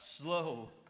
Slow